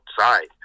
outside